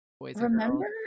Remember